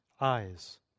eyes